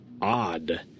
odd